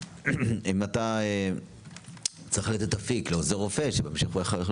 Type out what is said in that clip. אם אתה צריך לתת אפיק לעוזר רופא שימשיך אחר כך להיות